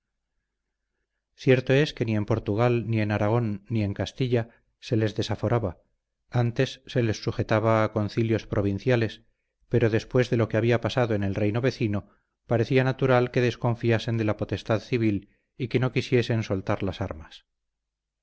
cierto es que ni en portugal ni en aragón ni en castilla se les desaforaba antes se les sujetaba a concilios provinciales pero después de lo que había pasado en el reino vecino parecía natural que desconfiasen de la potestad civil y que no quisiesen soltar las armas